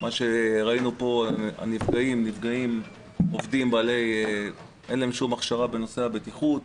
ראינו פה שהנפגעים אין להם שום הכשרה בנושא הבטיחות,